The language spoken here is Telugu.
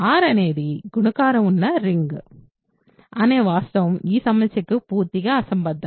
R అనేది గుణకారం ఉన్న రింగ్ అనే వాస్తవం ఈ సమస్యకు పూర్తిగా అసంబద్ధం